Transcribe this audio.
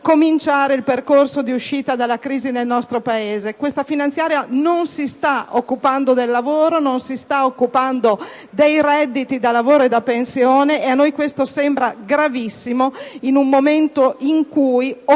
avviare il percorso di uscita dalla crisi nel nostro Paese. Questa finanziaria non si sta occupando del lavoro e dei redditi da lavoro e da pensione, e a noi questo sembra gravissimo in un momento in cui